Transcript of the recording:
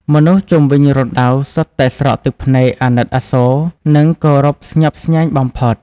មនុស្សជុំវិញរណ្ដៅសុទ្ធតែស្រក់ទឹកភ្នែកអាណិតអាសូរ និងគោរពស្ញប់ស្ញែងបំផុត។